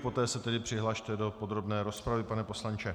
Poté se tedy přihlaste do podrobné rozpravy, pane poslanče.